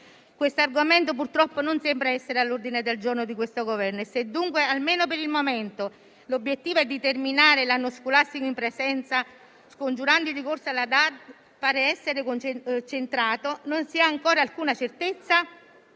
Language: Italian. Quest'argomento, purtroppo, non sembra essere all'ordine del giorno del questo Governo in carica, e se dunque, almeno per il momento, l'obiettivo di terminare l'anno scolastico in presenza, scongiurando il ricorso alla didattica a distanza, pare essere centrato, non si ha ancora alcuna certezza